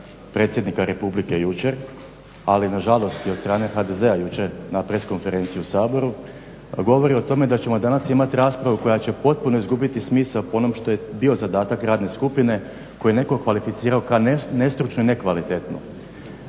predsjednika Republike jučer ali nažalost i od strane HDZ-a jučer na press konferenciji u Saboru govori o tome da ćemo danas imati raspravu koja će potpuno izgubiti smisao po onom što je bio zadatak radne skupine koji je netko okvalificirao kao nestručnu i nekvalitetnu.